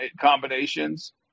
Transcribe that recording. combinations